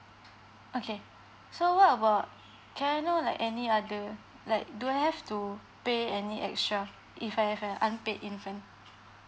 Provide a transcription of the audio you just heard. okay so what about can I know like any other like do I have to pay any extra if I have an unpaid infant